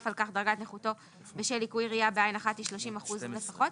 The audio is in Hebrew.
על כך דרגת נכותו בשל ליקוי ראייה בעין אחת היא 30% לפחות',